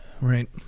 Right